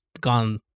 gone